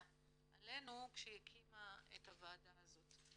עלינו כשהיא הקימה את הוועדה הזאת.